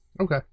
okay